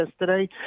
yesterday